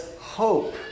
hope